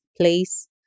place